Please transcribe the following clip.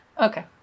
Okay